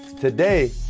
today